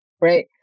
Right